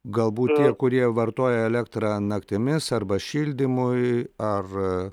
galbūt tie kurie vartoja elektrą naktimis arba šildymui ar